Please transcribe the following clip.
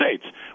states